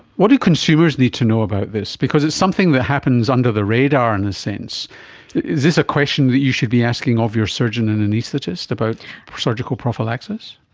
what do consumers need to know about this? because it's something that happens under the radar, in a sense. is this a question that you should be asking of your surgeon and anaesthetist about surgical prophylaxis?